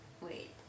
wait